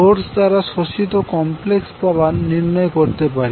source দ্বারা শোষিত complex power নির্ণয় করতে পারি